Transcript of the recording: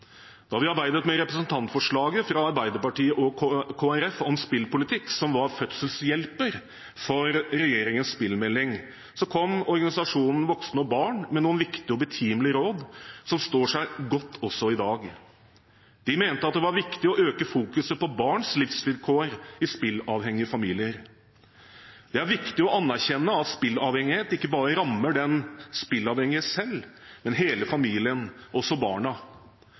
Da vi arbeidet med representantforslaget fra Arbeiderpartiet og Kristelig Folkeparti om spillpolitikk, som var fødselshjelper for regjeringens spillmelding, kom organisasjonen Voksne for Barn med noen viktige og betimelige råd som står seg godt også i dag. De mente at det var viktig å øke fokuset på barns livsvilkår i spillavhengige familier. Det er viktig å anerkjenne at spillavhengighet ikke bare rammer den spillavhengige selv, men hele familien – også barna.